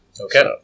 Okay